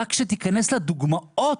רק כשתיכנס לדוגמאות,